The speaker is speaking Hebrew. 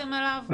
שחשבתם עליו?